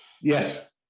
Yes